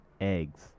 eggs